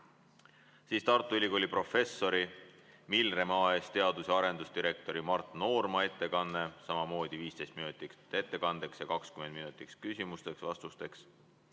Siis Tartu Ülikooli professori, AS-i Milrem teadus- ja arendusdirektori Mart Noorma ettekanne, samamoodi 15 minutit ettekandeks ja 20 minutit küsimusteks-vastusteks.